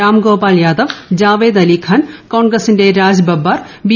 രാം ഗോപാൽ യാദവ് ജാവേദ് അലി ഖാൻ കോൺഗ്രസിന്റെ രാജ് ബബ്ബാർ ബി